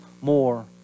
more